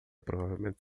provavelmente